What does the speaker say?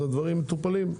אז הדברים מטופלים.